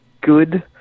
good